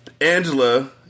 Angela